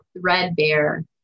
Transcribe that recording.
threadbare